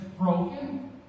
broken